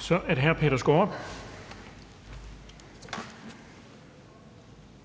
Kl. 12:35 Den fg.